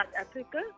Africa